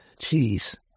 Jeez